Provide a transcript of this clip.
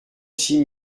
six